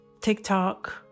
TikTok